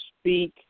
speak